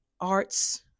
arts